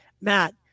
Matt